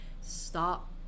Stop